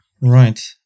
right